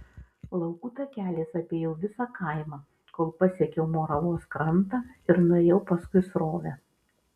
laukų takeliais apėjau visą kaimą kol pasiekiau moravos krantą ir nuėjau paskui srovę